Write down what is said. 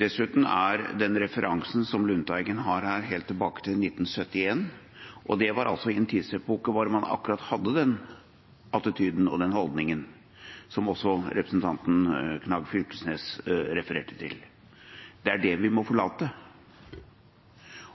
Dessuten er den referansen som Lundteigen har, helt tilbake til 1971, og det var i en tidsepoke hvor man hadde akkurat den attityden og den holdningen, som også representanten Knag Fylkesnes refererte til. Det er det vi må forlate,